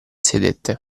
sedette